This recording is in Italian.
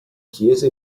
chiese